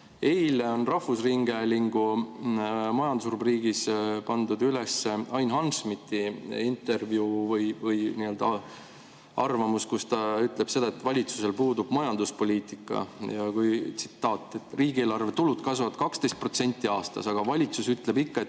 Eile pandi rahvusringhäälingu majandusrubriigis üles Ain Hanschmidti intervjuu või arvamus, kus ta ütleb seda, et valitsusel puudub majanduspoliitika. "Riigieelarve tulud kasvavad 12% aastas, aga valitsus ütleb ikka, et